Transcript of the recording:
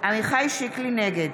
נגד